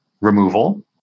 removal